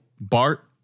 Bart